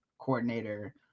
coordinator